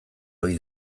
ohi